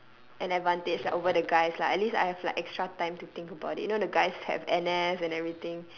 an advantage like over the guys like at least I have like extra time to think about it you know the guys have N_S and everything